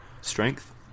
strength